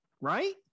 right